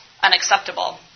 unacceptable